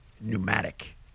Pneumatic